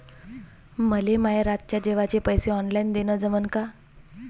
मले माये रातच्या जेवाचे पैसे ऑनलाईन देणं जमन का?